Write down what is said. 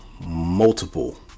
multiple